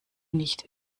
nicht